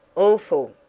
awful!